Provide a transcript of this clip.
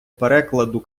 перекладу